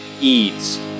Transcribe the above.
Eads